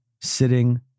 sitting